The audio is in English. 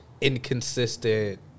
inconsistent